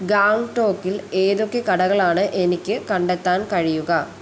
ഗാങ്ടോക്കിൽ ഏതൊക്കെ കടകളാണ് എനിക്ക് കണ്ടെത്താൻ കഴിയുക